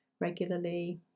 regularly